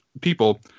people